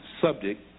subject